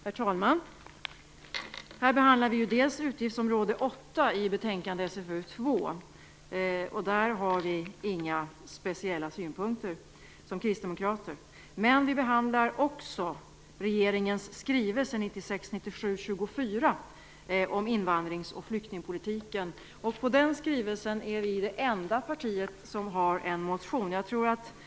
Herr talman! Vi behandlar nu utgiftsområde 8 i betänkande SfU2. Vi kristdemokrater har där inga speciella synpunkter. Men vi behandlar också regeringens skrivelse 1996/97:24 om invandrings och flyktingpolitiken. Kristdemokraterna är det enda parti som har en motion i anslutning till denna skrivelse.